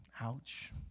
Ouch